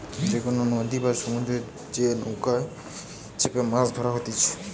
যে কোনো নদী বা সমুদ্রতে যে নৌকাতে চেপেমাছ ধরা হতিছে